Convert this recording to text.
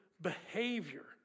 behavior